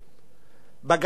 בגדה המערבית